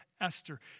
Esther